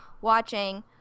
watching